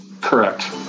Correct